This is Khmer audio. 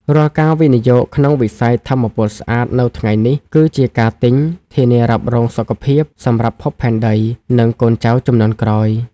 រាល់ការវិនិយោគក្នុងវិស័យថាមពលស្អាតនៅថ្ងៃនេះ គឺជាការទិញ "ធានារ៉ាប់រងសុខភាព" សម្រាប់ភពផែនដី និងកូនចៅជំនាន់ក្រោយ។